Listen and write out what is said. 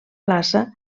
plaça